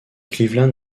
cleveland